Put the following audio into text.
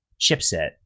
chipset